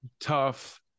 tough